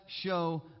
show